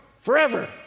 forever